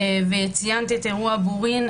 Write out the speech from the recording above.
וציינת את אירוע בורין,